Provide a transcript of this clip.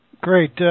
Great